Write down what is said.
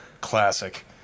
Classic